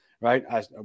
right